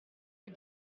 les